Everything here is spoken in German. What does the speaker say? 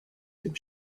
dem